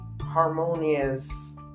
harmonious